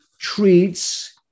treats